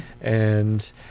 And-